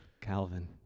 calvin